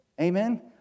Amen